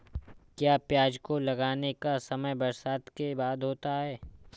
क्या प्याज को लगाने का समय बरसात के बाद होता है?